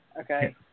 Okay